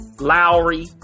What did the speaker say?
Lowry